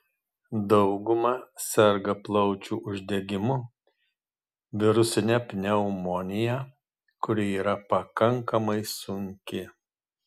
dauguma serga plaučių uždegimu virusine pneumonija kuri yra pakankamai sunki